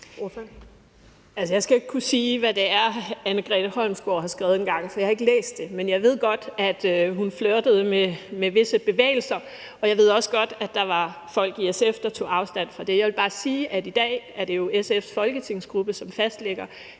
jeg skal jo ikke kunne sige, hvad det er, Anne Grete Holmsgaard har skrevet engang, for jeg har ikke læst det. Men jeg ved godt, at hun flirtede med visse bevægelser, og jeg ved også godt, at der var folk i SF, der tog afstand fra det. Jeg vil bare sige, at i dag er det jo SF's folketingsgruppe, som fastlægger,